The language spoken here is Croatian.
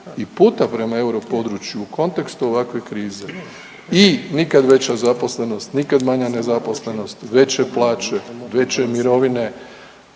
i puta prema europodručju u kontekstu ovakve krize i nikad veća zaposlenost, nikad manja nezaposlenost, veće plaće, veće mirovine,